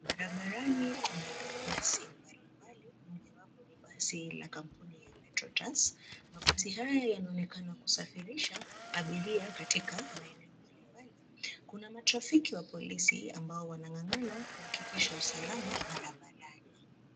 Barabarani kuna mabasi mbalimbali, mojawapo ni basi la kampuni ya Metro Trans. Mabasi haya yanaonekana kusafirisha abiria katika maeneo mbalimbali. Kuna matrafiki wa polisi ambao wanang'ang'ana kuhakikisha usalama barabarani.